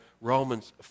Romans